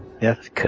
Yes